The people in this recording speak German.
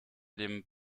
dem